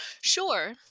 Sure